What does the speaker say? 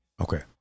Okay